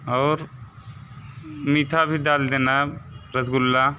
और मीठा भी डाल देना रसगुल्ला